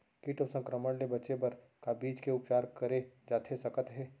किट अऊ संक्रमण ले बचे बर का बीज के उपचार करे जाथे सकत हे?